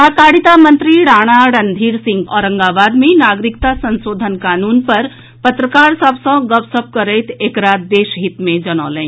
सहकारिता मंत्री राणा रणधीर सिंह औरंगाबाद मे नागरिकता संशोधन कानून पर पत्रकार सभ सँ गपशप करैत एकरा देशहित मे जनौलनि